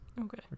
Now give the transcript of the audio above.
Okay